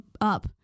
up